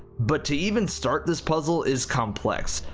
but to even start this puzzle is complex,